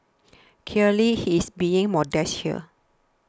clearly he's being modest here